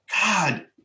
god